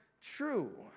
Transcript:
true